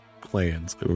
plans